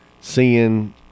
seeing